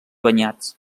banyats